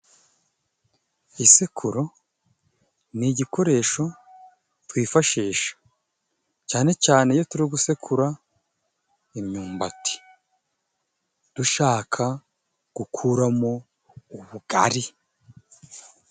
Isekuru ni igikoresho twifashisha. Cyane cyane iyo turi gusekura imyumbati, dushaka gukura mo ubugari.